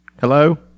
Hello